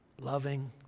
loving